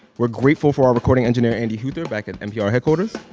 we're grateful for our recording engineer andy huether back at npr headquarters.